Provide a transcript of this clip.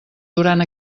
durant